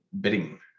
bidding